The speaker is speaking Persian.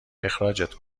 اخراجت